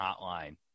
hotline